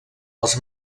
els